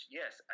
yes